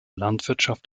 landwirtschaft